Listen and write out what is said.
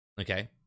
okay